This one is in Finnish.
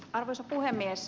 arvoisa puhemies